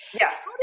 yes